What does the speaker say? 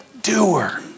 Doer